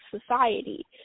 society